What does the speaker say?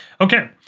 Okay